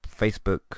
Facebook